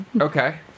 Okay